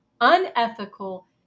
unethical